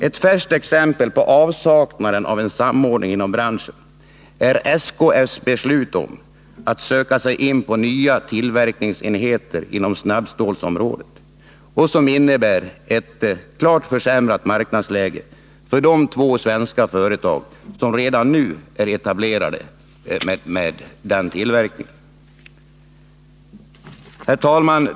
Ett färskt exempel på avsaknaden av en samordning inom branschen är SKF:s beslut om att söka sig in på nya tillverkningsenheter inom snabbstålsområdet, som innebär ett försämrat marknadsläge för de två svenska företag som redan nu är etablerade inom denna tillverkning. Herr talman!